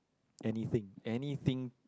anything anything